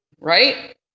Right